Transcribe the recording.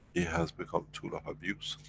it has become tool of abuse.